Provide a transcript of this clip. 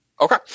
okay